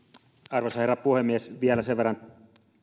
arvoisa herra puhemies vielä sen verran